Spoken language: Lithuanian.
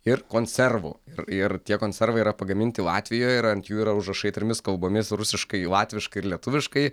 ir konservų ir tie konservai yra pagaminti latvijoj ir ant jų yra užrašai trimis kalbomis rusiškai latviškai ir lietuviškai